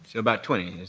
about twenty.